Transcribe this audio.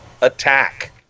attack